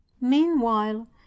Meanwhile